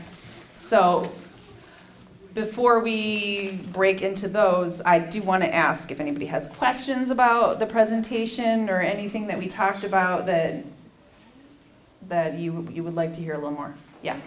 so before we break into those i do want to ask if anybody has questions about the presentation or anything that we talked about then that you would like to hear a little more yeah